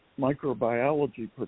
microbiology